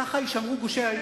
כך יישמרו גושי ההתיישבות.